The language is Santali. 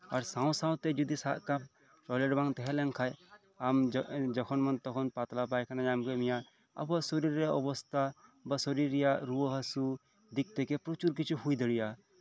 ᱟᱨ ᱥᱟᱶ ᱥᱟᱶᱛᱮ ᱡᱚᱫᱤ ᱥᱟᱵ ᱠᱟᱜ ᱢᱮ ᱴᱚᱭᱞᱮᱴ ᱵᱟᱝ ᱛᱟᱸᱦᱮ ᱞᱮᱱᱠᱷᱟᱡ ᱟᱢ ᱡᱚᱠᱷᱚᱱᱢᱚᱱ ᱛᱚᱠᱷᱚᱱ ᱯᱟᱛᱞᱟ ᱯᱟᱭᱠᱷᱟᱱᱟ ᱧᱟᱢ ᱠᱮᱜ ᱢᱮᱭᱟ ᱟᱵᱟᱨ ᱥᱩᱩᱨᱮ ᱟᱵᱟᱨ ᱥᱚᱨᱤᱨ ᱨᱮᱭᱟᱜ ᱨᱩᱣᱟᱹ ᱦᱟᱹᱥᱩ ᱫᱤᱠ ᱛᱷᱮᱠᱮ ᱯᱨᱚᱪᱩᱨ ᱠᱤᱪᱷᱩ ᱦᱩᱭ ᱫᱟᱲᱮᱭᱟᱜᱼᱟ